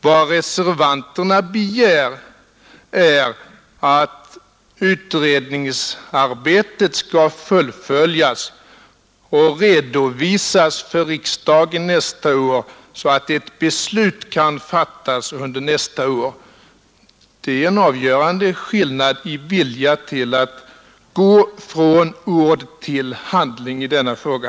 Vad reservanterna begär är att utredningsarbetet skall fullföljas och redovisas för riksdagen nästa år så att ett beslut kan fattas under nästa år. Det är en avgörande skillnad i vilja till att gå från ord till handling i denna fråga.